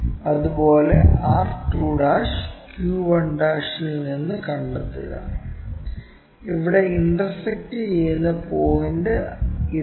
അതുപോലെ r2 q1 ൽ നിന്ന് കണ്ടെത്തുക ഇവിടെ ഇന്റർസെക്ക്ട് ചെയ്യുന്ന പോയിൻറ് ഇതാണ്